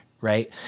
right